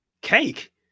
Cake